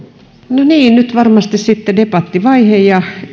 niin nyt varmasti sitten debattivaihe